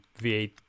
v8